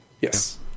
Yes